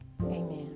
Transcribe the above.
Amen